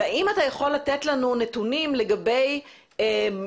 והאם אתה יכול לתת לנו נתונים לגבי עונשים,